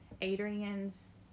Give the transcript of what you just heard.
Adrian's